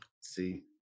see